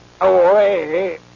away